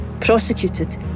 prosecuted